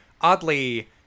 oddly